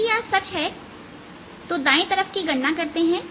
यदि यह सच है दाएं तरफ की गणना करते हैं